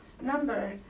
number